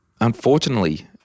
Unfortunately